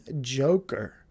Joker